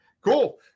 cool